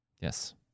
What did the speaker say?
Yes